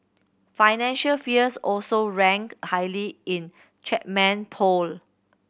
financial fears also ranked highly in Chapman poll